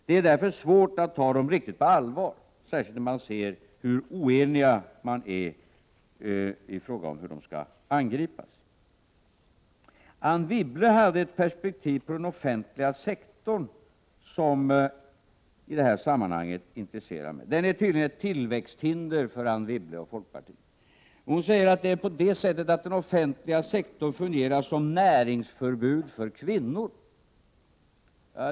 Det är därför svårt att ta dem riktigt på allvar — särskilt när man ser hur oeniga de borgerliga är i fråga om hur de skall angripas. | Anne Wibble hade ett perspektiv på den offentliga sektorn som i detta sammanhang intresserar mig. Den är tydligen ett tillväxthinder för Anne Wibble och folkpartiet. Hon säger att den offentliga sektorn fungerar som ett näringsförbud för kvinnor.